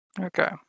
Okay